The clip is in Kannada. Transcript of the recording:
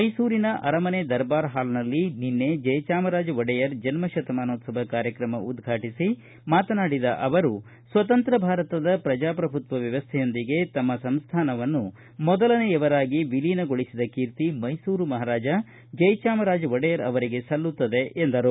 ಮೈಸೂರಿನ ಅರಮನೆ ದರ್ಬಾರ್ ಪಾಲ್ನಲ್ಲಿ ನಿನ್ನೆ ಜಯಚಾಮರಾಜ ಒಡೆಯರ್ ಜನ್ಮ ಶತಮಾನೋತ್ಲವ ಕಾರ್ಯಕ್ರಮ ಉದ್ಘಾಟಿಸಿ ಮಾತನಾಡಿದ ಅವರು ಸ್ವತಂತ್ರ ಭಾರತದ ಪ್ರಜಾಪ್ರಭುತ್ವ ವ್ಯವಸ್ಥೆಯೊಂದಿಗೆ ತಮ್ಮ ಸಂಸ್ಥಾನವನ್ನು ಮೊದಲನೆಯವರಾಗಿ ವಿಲೀನಗೊಳಿಸಿದ ಕೀರ್ತಿ ಮೈಸೂರು ಮಹಾರಾಜ ಜಯಜಾಮರಾಜ ಒಡೆಯರ್ ಅವರಿಗೆ ಸಲ್ಲುತ್ತದೆ ಎಂದರು